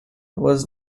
was